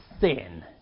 sin